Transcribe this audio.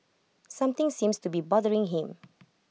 something seems to be bothering him